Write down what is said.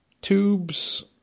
tubes